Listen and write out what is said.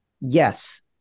yes